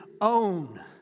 own